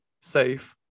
safe